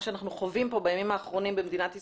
מה שאנחנו חווים פה בימים האחרונים במדינת ישראל,